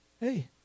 Hey